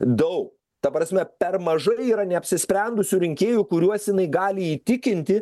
daug ta prasme per mažai yra neapsisprendusių rinkėjų kuriuos jinai gali įtikinti